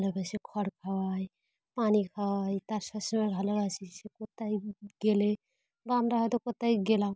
ভালোবেসে খড় খাওয়াই পানি খাওয়াই তার সবসময় ভালোবাসি সে কোথায় গেলে বা আমরা হয়তো কোথায় গেলাম